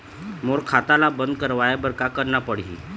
मोर खाता ला बंद करवाए बर का करना पड़ही?